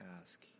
ask